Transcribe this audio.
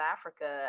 Africa